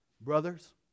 Brothers